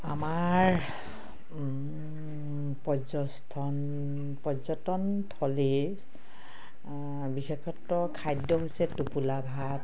আমাৰ পৰ্যটন পৰ্যটন থলীৰ বিশেষত্ব খাদ্য হৈছে টোপোলা ভাত